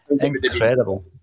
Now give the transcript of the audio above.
incredible